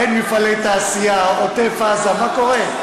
אין מפעלי תעשייה, עוטף עזה, מה קורה?